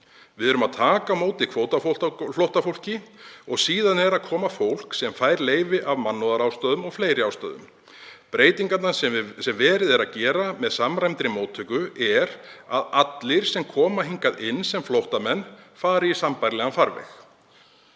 Við erum að taka á móti kvótaflóttafólki og síðan er að koma fólk sem fær leyfi af mannúðarástæðum o.fl. Breytingarnar sem verið er að gera með samræmdri móttöku er að allir sem koma hingað inn sem flóttamenn fari í sambærilegan farveg.“